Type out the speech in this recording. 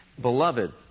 Beloved